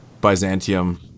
Byzantium